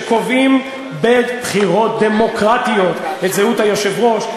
שקובעים בבחירות דמוקרטיות את זהות היושב-ראש,